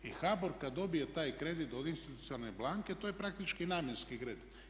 I HBOR kada dobije taj kredit od institucionalne banke, to je praktički namjenski kredit.